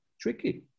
tricky